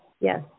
Yes